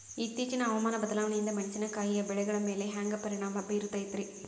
ಇತ್ತೇಚಿನ ಹವಾಮಾನ ಬದಲಾವಣೆಯಿಂದ ಮೆಣಸಿನಕಾಯಿಯ ಬೆಳೆಗಳ ಮ್ಯಾಲೆ ಹ್ಯಾಂಗ ಪರಿಣಾಮ ಬೇರುತ್ತೈತರೇ?